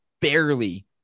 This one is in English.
barely